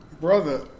Brother